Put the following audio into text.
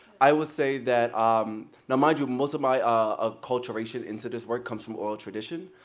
i would say that um um now mind you, most of my ah acculturation into this work comes from oral tradition.